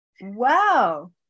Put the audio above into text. Wow